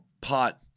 pot